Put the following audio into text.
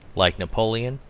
like napoleon,